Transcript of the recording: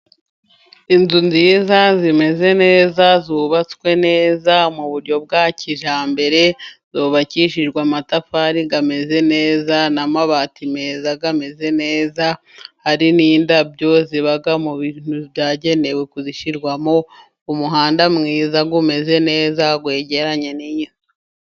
Inzu nziza zimeze neza. zubatswe neza mu buryo bwa kijyambere, zubakishijwe amatafari ameze neza n'amabati meza ameze neza. Hari n'indabyo ziba mu bintu byagenewe kuzishyiramo, umuhanda mwiza umeze neza wegeranye n'iyi nzu.